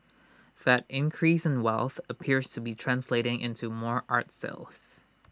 that increase in wealth appears to be translating into more art sales